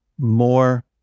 more